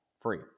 free